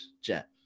Jet